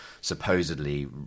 supposedly